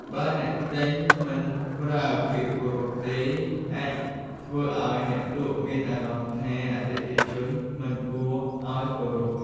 បើអ្នកទិញមិនប្រើពាក្យគោរពទេ អាចធ្វើឲ្យអ្នកលក់មានអារម្មណ៍ថាអតិថិជនមិនគួរឲ្យគោរព។